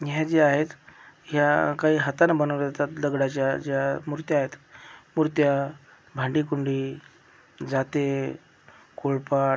ह्या ज्या आहेत ह्या काही हातानं बनवल्या जातात दगडाच्या ज्या मूर्त्या आहेत मूर्त्या भांडीकुंडी जाते कोळपाट